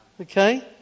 Okay